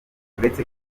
uretse